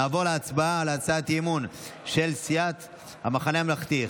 נעבור להצבעה על הצעת האי-אמון של סיעת המחנה הממלכתי,